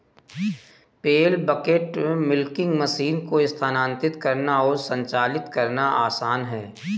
पेल bucket milking machine को स्थानांतरित करना और संचालित करना आसान है